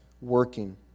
working